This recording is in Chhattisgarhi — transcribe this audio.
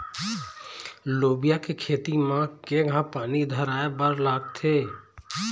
लोबिया के खेती म केघा पानी धराएबर लागथे?